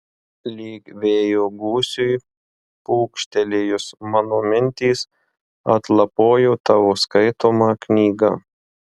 lyg vėjo gūsiui pūkštelėjus mano mintys atlapojo tavo skaitomą knygą